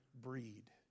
breed